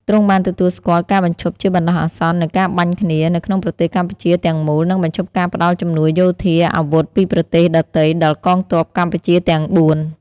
ទ្រង់បានទទួលស្គាល់ការបញ្ឈប់ជាបណ្តោះអាសន្ននូវការបាញ់គ្នា នៅក្នុងប្រទេសកម្ពុជាទំាំងមូល និងបញ្ឈប់ការផ្តល់ជំនួយយោធា អាវុធ ពីប្រទេសដទៃដល់កងទ័ពកម្ពុជាទំាងបួន។